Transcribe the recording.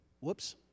Whoops